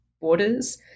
borders